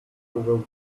will